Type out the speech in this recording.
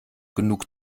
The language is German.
genug